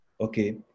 Okay